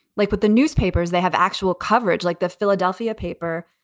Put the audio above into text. like with the newspapers. they have actual coverage, like the philadelphia paper.